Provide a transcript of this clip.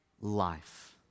life